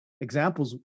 examples